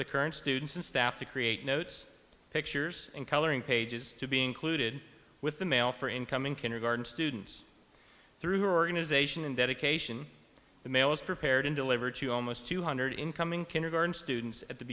the current students and staff to create notes pictures and coloring pages to be included with the mail for incoming kindergarten students through organization and dedication the mail is prepared and delivered to almost two hundred incoming kindergarten students at the